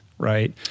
Right